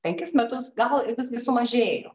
penkis metus gal visgi sumažėjo